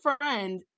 friend